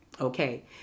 Okay